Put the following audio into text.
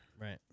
Right